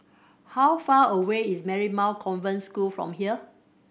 how far away is Marymount Convent School from here